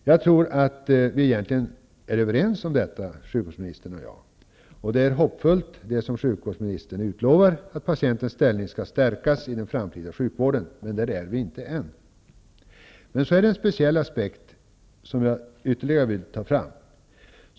Jag tror egentligen att sjukvårdsministern och jag är överens om detta. Det som sjukvårdsministern utlovar är hoppfullt, nämligen att patientens ställning skall stärkas i den framtida sjukvården, men vi är ännu inte där. Sedan vill jag ta fram ytterligare en speciell aspekt.